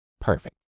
perfect